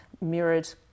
mirrored